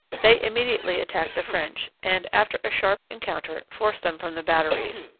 they immediately attacked the french and, after a sharp encounter, forced them from the batteries